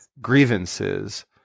grievances